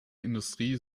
industrie